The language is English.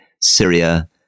Syria